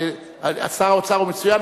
שר האוצר הוא מצוין,